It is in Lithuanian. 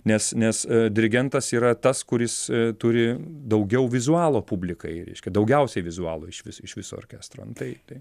nes nes dirigentas yra tas kuris turi daugiau vizualo publikai reiškia daugiausiai vizualo išvis iš viso orkestrantai